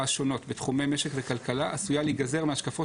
השונות בתחומי משק וכלכלה עשויה להיגזר מהשקפות